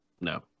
no